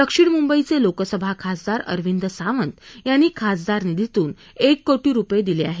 दक्षिण मुंबईचे लोकसभा खासदार अरविंद सावंत यांनी खासदार निधीतून एक कोटी रुपये दिले आहेत